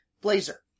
blazer